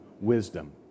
wisdom